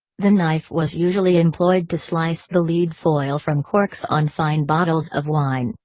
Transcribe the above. the knife was usually employed to slice the lead foil from corks on fine bottles of wine,